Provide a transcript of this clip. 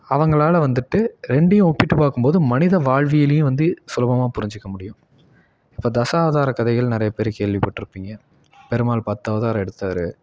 அவங்களால் வந்துட்டு ரெண்டையும் ஒப்பிட்டு பார்க்கும்போது மனித வாழ்வியலியும் வந்து சுலபமாக புரிஞ்சுக்க முடியும் இப்போ தசாவதார கதைகள் நிறைய பேர் கேள்விப்பட்டிருப்பீங்க பெருமாள் பத்து அவதாரம் எடுத்தார்